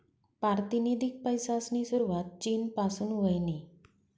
पारतिनिधिक पैसासनी सुरवात चीन पासून व्हयनी